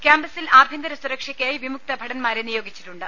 ക്യാമ്പസിൽ ആഭ്യന്തര സുരക്ഷക്കായി വിമുക്ത ഭടന്മാരെ നിയോഗിച്ചിട്ടുണ്ട്